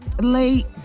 Late